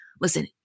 listen